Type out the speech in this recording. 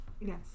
yes